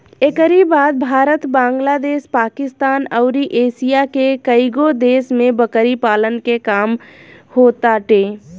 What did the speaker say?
एकरी बाद भारत, बांग्लादेश, पाकिस्तान अउरी एशिया के कईगो देश में बकरी पालन के काम होताटे